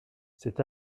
cet